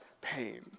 pain